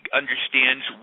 understands